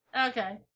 Okay